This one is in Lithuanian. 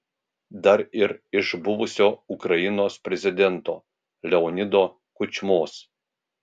dar ir iš buvusio ukrainos prezidento leonido kučmos